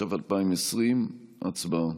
התש"ף 2020. הצבעה.